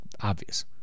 obvious